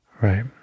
Right